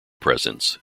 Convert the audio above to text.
presence